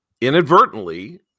inadvertently